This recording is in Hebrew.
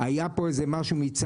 ביטוח שבעבר היו מוכנות לבטח כל מיני